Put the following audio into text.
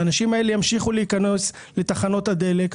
האנשים האלה ימשיכו להיכנס לתחנות הדלק,